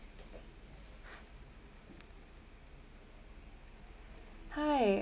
hi